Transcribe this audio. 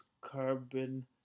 carbon